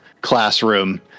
classroom